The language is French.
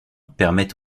permet